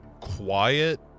quiet